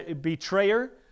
betrayer